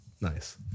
nice